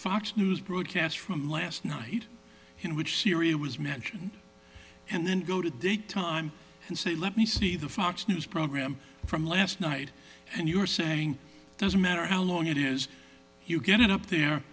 fox news broadcast from last night in which syria was mentioned and then go to the time and say let me see the fox news program from last night and you are saying doesn't matter how long it is you get it up there